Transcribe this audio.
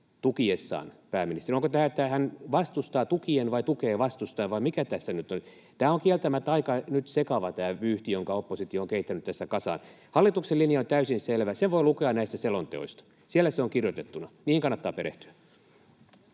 tukiessaan pääministeriä, niin onko tämä niin, että hän vastustaa tukien vai tukee vastustajaa, vai mikä tässä nyt on? Tämä vyyhti, jonka oppositio on kehittänyt tässä kasaan, on kieltämättä nyt aika sekava. Hallituksen linja on täysin selvä, sen voi lukea näistä selonteoista. Siellä se on kirjoitettuna, niihin kannattaa perehtyä.